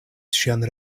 ŝian